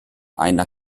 einer